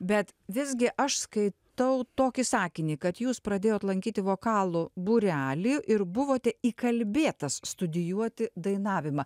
bet visgi aš skaitau tokį sakinį kad jūs pradėjot lankyti vokalų būrelį ir buvote įkalbėtas studijuoti dainavimą